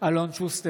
בהצבעה אלון שוסטר,